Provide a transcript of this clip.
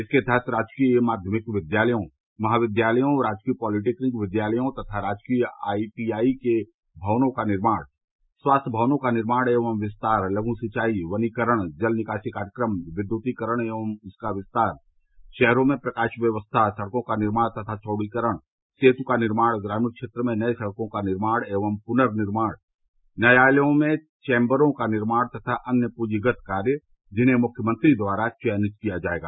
इसके तहत राजकीय माध्यमिक विद्यालयों महाविद्यालयों राजकीय पालिटेक्निक विद्यालयों तथा राजकीय आईटीआई के भवनों का निर्माण स्वास्थ्य भवनों का निर्माण एवं विस्तार लघ् सिंचाई वनीकरण जल निकासी कार्यक्रम विद्युतीकरण एवं उसका विस्तार शहरों में प्रकाश व्यवस्था सड़कों का निर्माण तथा चौड़ीकरण सेत् का निर्माण ग्रामीण क्षेत्र में नये सड़कों का निर्माण एवं पुनः निर्माण न्यायालयों में चैम्बरों का निर्माण तथा अन्य पूंजीगत कार्य जिन्हें मुख्यमंत्री द्वारा चयनित किया जायेगा